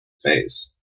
fays